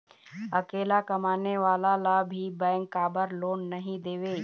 अकेला कमाने वाला ला भी बैंक काबर लोन नहीं देवे?